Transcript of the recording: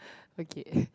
okay